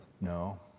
No